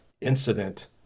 incident